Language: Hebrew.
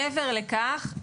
מעבר לכך,